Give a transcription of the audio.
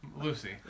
Lucy